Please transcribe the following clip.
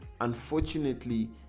unfortunately